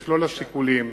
במכלול השיקולים,